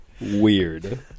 weird